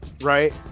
right